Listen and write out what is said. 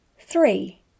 Three